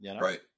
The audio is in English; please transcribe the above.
Right